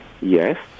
yes